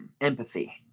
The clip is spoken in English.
empathy